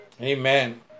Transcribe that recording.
Amen